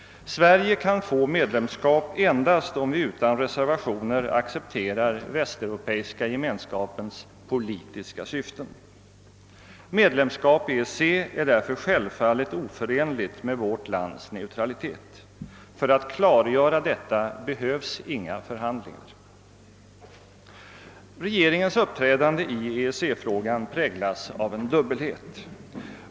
Sverige kan få medlemskap endast om vårt land utan reservationer accepterar Västeuropeiska gemenskapens politiska syften. Medlemskap i EEC är därför självfallet oförenligt med vårt lands neutralitet. För att klargöra detta behövs inga förhandlingar. Regeringens uppträdande i EEC-frågan präglas av en dubbelhet.